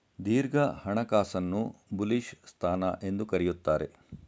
ದೀರ್ಘ ಹಣಕಾಸನ್ನು ಬುಲಿಶ್ ಸ್ಥಾನ ಎಂದು ಕರೆಯುತ್ತಾರೆ